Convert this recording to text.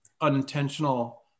unintentional